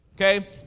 Okay